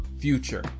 future